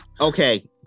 Okay